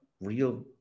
real